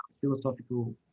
philosophical